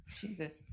Jesus